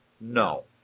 No